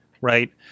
right